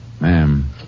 Ma'am